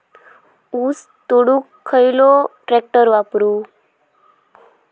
ऊस तोडुक खयलो ट्रॅक्टर वापरू?